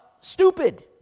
stupid